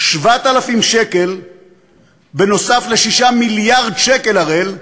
7,000 שקל בנוסף ל-6 מיליארד שקל, אראל,